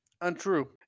untrue